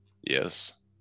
Yes